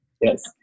Yes